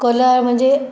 colour म्हणजे